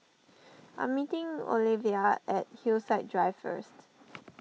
I am meeting Olevia at Hillside Drive first